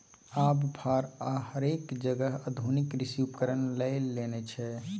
आब फार आ हरक जगह आधुनिक कृषि उपकरण लए लेने छै